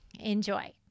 Enjoy